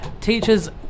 teachers